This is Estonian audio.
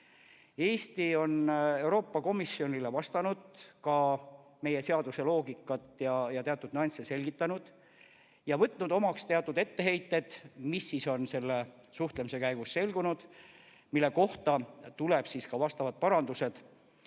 Eesti on Euroopa Komisjonile vastanud, ka meie seaduse loogikat ja teatud nüansse selgitanud, ning võtnud omaks teatud etteheited, mis on selle suhtlemise käigus selgunud. Nende kohta tuleb teha eelnõusse vastavad parandused.